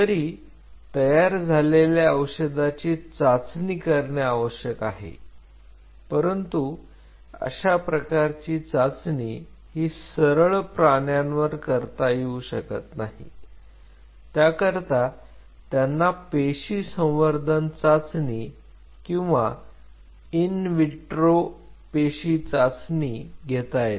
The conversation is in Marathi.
तरी तयार झालेल्या औषधाची चाचणी करणे आवश्यक आहे परंतु अशा प्रकारची चाचणी ही सरळ प्राण्यांवर करता येऊ शकत नाही त्याकरिता त्यांना पेशी संवर्धन चाचणी किंवा इन विट्रो पेशी चाचणी घेता येते